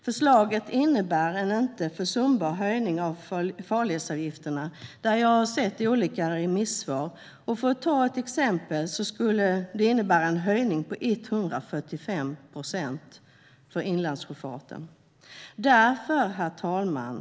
Förslaget innebär en inte försumbar höjning av farledsavgifterna, har jag sett i olika remissvar. För att ta ett exempel skulle det innebära en höjning med 145 procent för inlandssjöfarten. Herr talman!